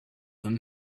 them